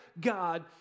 God